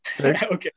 okay